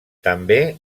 també